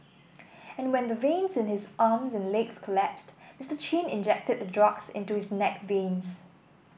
and when the veins in his arms and legs collapsed Mister Chin injected the drugs into his neck veins